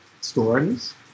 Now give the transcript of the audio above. stories